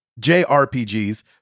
jrpgs